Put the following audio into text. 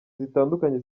zitandukanye